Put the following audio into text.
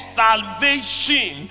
salvation